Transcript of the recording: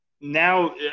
now